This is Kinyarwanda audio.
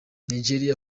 nigeria